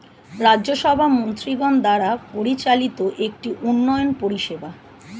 রাজ্য সভা মন্ত্রীগণ দ্বারা পরিচালিত একটি উন্নয়ন পরিষেবা